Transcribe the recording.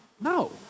No